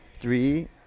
three